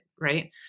right